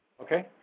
Okay